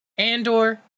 Andor